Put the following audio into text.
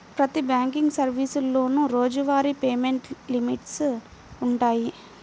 ప్రతి బ్యాంకింగ్ సర్వీసులోనూ రోజువారీ పేమెంట్ లిమిట్స్ వుంటయ్యి